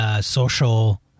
social